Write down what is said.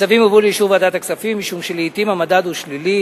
הצווים הובאו לאישור ועדת הכספים משום שלעתים המדד הוא שלילי